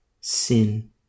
sin